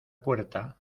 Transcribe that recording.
puerta